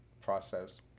process